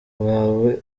bwawe